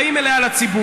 באים אליה לציבור,